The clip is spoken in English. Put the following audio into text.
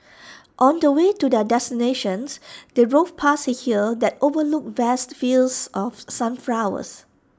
on the way to their destinations they drove past A hill that overlooked vast fields of sunflowers